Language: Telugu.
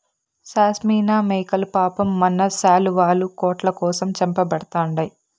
షాస్మినా మేకలు పాపం మన శాలువాలు, కోట్ల కోసం చంపబడతండాయి